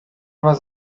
was